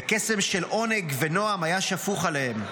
וקסם של עונג ונועם היה שפוך עליהם.